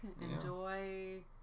enjoy